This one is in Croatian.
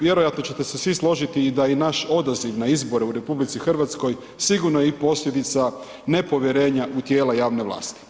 Vjerojatno ćete se svi složiti i da i naš odaziv na izbore u RH sigurno je i posljedica nepovjerenja u tijela javne vlasti.